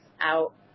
out